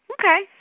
Okay